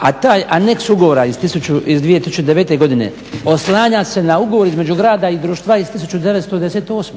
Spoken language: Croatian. A taj aneks ugovora iz 2009.godine oslanja se na ugovor između grada i društva iz 1998.,